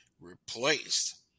replaced